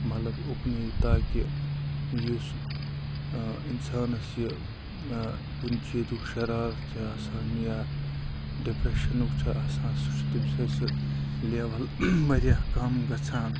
مطلب اُکنٕے تاکہِ یُس اِنسانَس یہِ کُنہِ چیٖزُک شرارت چھِ آسان یا ڈِپرَشَنُک چھِ آسان سُہ چھُ تَمہِ سۭتۍ سُہ لٮ۪وَل واریاہ کَم گژھان